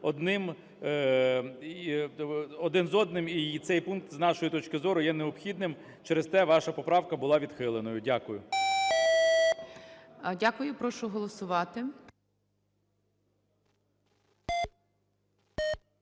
один з одним і цей пункт, з нашої точки зору, є необхідним. Через те ваша поправка була відхиленою. Дякую. ГОЛОВУЮЧИЙ. Дякую. Прошу проголосувати.